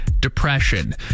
depression